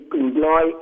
employ